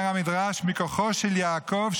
אומר המדרש: מכוחו של יעקב,